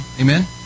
Amen